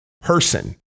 person